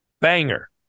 banger